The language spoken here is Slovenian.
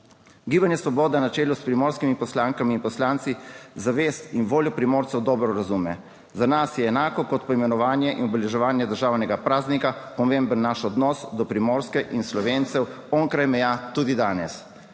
Gibanje Svoboda na čelu s primorskimi poslankami in poslanci zavest in voljo Primorcev dobro razume. Za nas je enako kot poimenovanje in obeleževanje državnega praznika pomemben naš odnos do Primorske in Slovencev onkraj meja tudi danes.